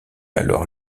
alors